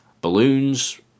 balloons